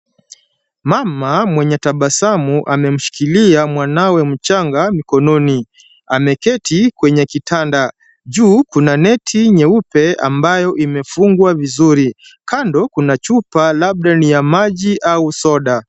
Mama mwenye tabasamu amemshikilia mwanawe mchanga mikononi. Ameketi kwenye kitanda. Juu kuna neti nyeupe ambayo imefungwa vizuri. Kando kuna chupa labda ni ya maji au soda.